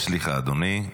סליחה, אדוני.